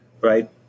right